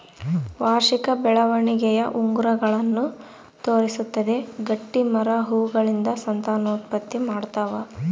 ವಾರ್ಷಿಕ ಬೆಳವಣಿಗೆಯ ಉಂಗುರಗಳನ್ನು ತೋರಿಸುತ್ತದೆ ಗಟ್ಟಿಮರ ಹೂಗಳಿಂದ ಸಂತಾನೋತ್ಪತ್ತಿ ಮಾಡ್ತಾವ